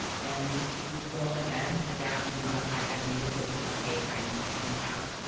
and we will again adapt and modify as needed with a different phase guidance that comes out.